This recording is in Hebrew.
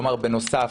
כלומר, בנוסף.